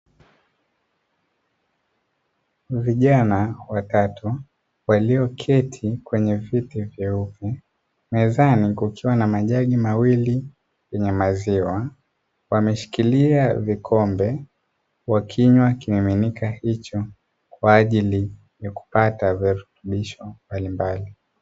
Vijana watatu walioketi kwenye viti vyeupe mezani kukiwa na majagi mawili yenye maziwa, wameshikilia vikombe wakinywa kimiminika hicho kwa ajili ya kupata virutubisho mbalimbali.